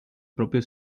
propio